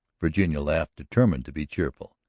virginia laughed, determined to be cheerful.